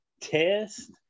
test